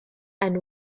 and